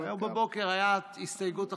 היום בבוקר הייתה הסתייגות אחת,